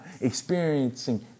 experiencing